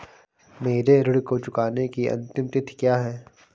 मेरे ऋण को चुकाने की अंतिम तिथि क्या है?